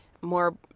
more